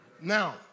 Now